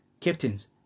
Captains